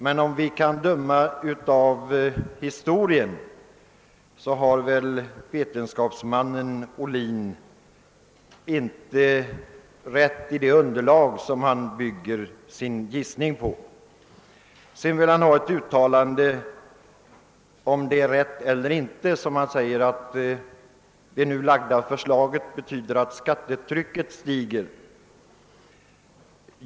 Men om vi dömer av historien har vetenskapsmannen Ohlin inte rätt i fråga om det underlag på vilket han bygger sin gissning. Sedan vill herr Ohlin ha ett uttalande om huruvida det nu föreslagna skattesystemet betyder att skattetrycket stiger.